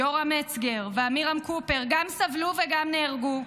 יורם מצגר ועמירם קופר גם סבלו וגם נהרגו.